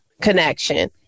connection